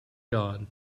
god